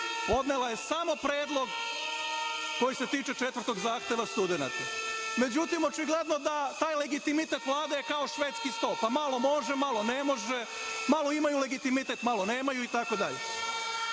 podnela je samo predlog koji se tiče četvrtog zahteva studenata. Međutim, očigledno da taj legitimitet Vlade ja kao švedski sto, pa malo može, malo ne može, malo imaju legitimitet, malo nemaju itd.